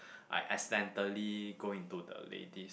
I accidentally go into the ladies